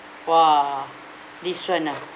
!wah! this one ah